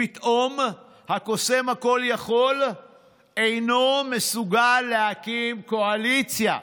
פתאום הקוסם הכל-יכול אינו מסוגל להקים קואליציה.